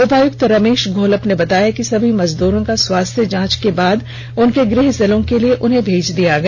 उपायुक्त रमेष घोलप ने बताया कि सभी मजदूरों का स्वास्थ्य जांच के बाद उनके गृह जिलों के लिए भेज दिया गया